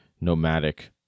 nomadic